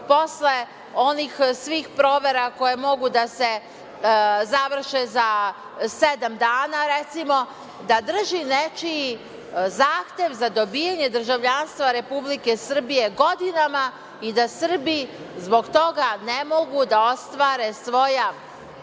posle onih svih provera koje mogu da se završe za sedam dana, recimo, da drži nečiji zahtev za dobijanje državljanstva Republike Srbije godinama i da Srbi zbog toga ne mogu da ostvare svoja